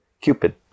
Cupid